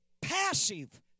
passive